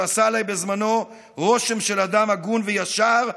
שעשה עליי בזמנו רושם של אדם הגון וישר,